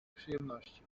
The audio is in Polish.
przyjemności